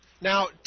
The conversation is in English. Now